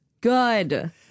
good